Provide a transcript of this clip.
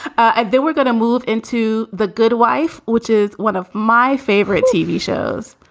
and then we're gonna move into the good wife, which is one of my favorite tv shows.